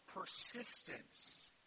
persistence